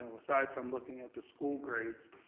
aside from looking at the school grades,